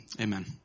Amen